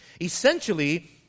Essentially